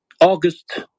August